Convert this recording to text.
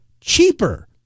cheaper